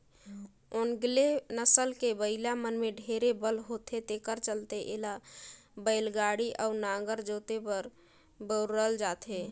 ओन्गेले नसल के बइला मन में ढेरे बल होथे तेखर चलते एला बइलागाड़ी अउ नांगर जोते बर बउरल जाथे